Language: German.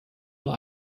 nur